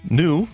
new